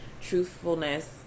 truthfulness